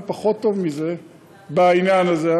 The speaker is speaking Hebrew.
אני פחות טוב מזה בעניין הזה,